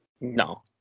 No